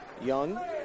Young